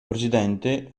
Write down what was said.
presidente